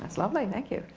that's lovely, thank you.